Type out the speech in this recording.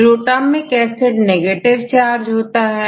glutamic acid negative charge है